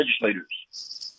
legislators